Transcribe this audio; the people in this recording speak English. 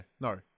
no